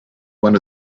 one